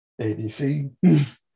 ABC